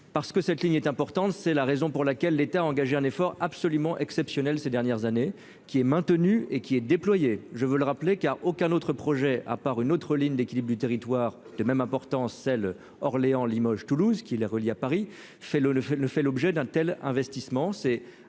Parce que cette ligne est importante, c'est la raison pour laquelle l'État engagé un effort absolument exceptionnel, ces dernières années qui est maintenu et qui est déployé, je veux le rappeler car aucun autre projet à par une autre ligne d'équilibre du territoire de même importance celle, Orléans, Limoges, Toulouse, qui les relie à Paris fait le le le fait l'objet d'un tel investissement,